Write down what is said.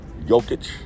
Jokic